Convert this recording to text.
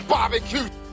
Barbecue